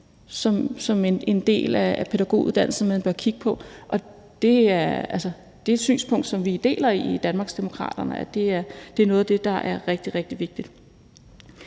som en del af pædagoguddannelsen, og at man bør kigge på det. Det er et synspunkt, som vi deler i Danmarksdemokraterne. Det er noget af det, der er rigtig, rigtig vigtigt.